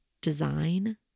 design